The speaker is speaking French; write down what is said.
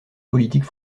politique